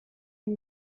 but